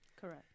Correct